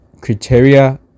criteria